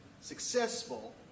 successful